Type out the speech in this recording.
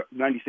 96